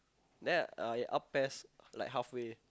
then I I up P_E_S like halfway